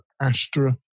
Astra